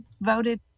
voted